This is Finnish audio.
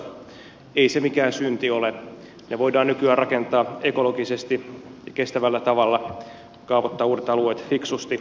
ei se mikään synti ole ne voidaan nykyään rakentaa ekologisesti ja kestävällä tavalla kaavoittaa uudet alueet fiksusti